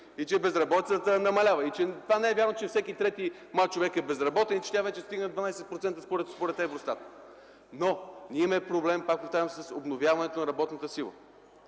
безработицата е намаляла и не е вярно, че всеки трети млад човек е безработен и че тя вече стига 12%, според ЕВРОСТАТ. Но ние имаме проблем, пак повтарям, с обновяването на работната сила.